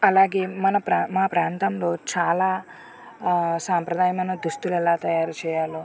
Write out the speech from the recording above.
అలాగే మన ప్రా మా ప్రాంతంలో చాలా సాంప్రదాయమైన దుస్తులు ఎలా తయారుచేయాలో